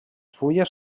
fulles